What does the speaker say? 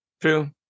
True